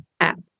app